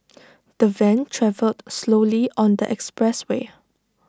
the van travelled slowly on the expressway